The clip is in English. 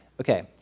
Okay